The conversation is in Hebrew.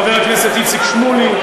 חבר הכנסת איציק שמולי,